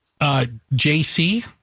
JC